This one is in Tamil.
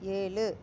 ஏழு